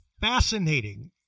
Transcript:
fascinating